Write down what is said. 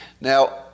Now